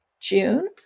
June